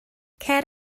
cer